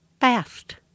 fast